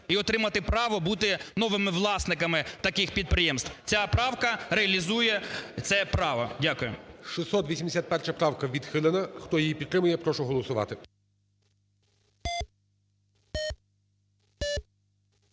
і отримати право бути новими власниками таких підприємств. Ця правка реалізує це право. Дякую. ГОЛОВУЮЧИЙ. 681 правка відхилена. Хто її підтримує, прошу голосувати.